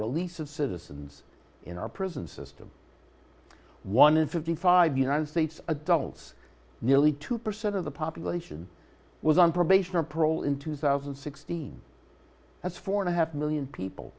release of citizens in our prison system one hundred fifty five united states adults nearly two percent of the population was on probation or parole in two thousand and sixteen that's four and a half million people